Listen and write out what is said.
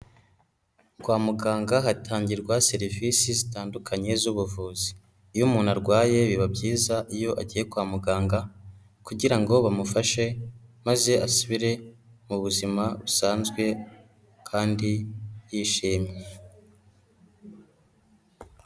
Kwa muganga hatangirwa serivisi zitandukanye z'ubuvuzi. Iyo umuntu arwaye biba byiza iyo agiye kwa muganga, kugira ngo bamufashe maze asubire mu buzima busanzwe kandi yishimye.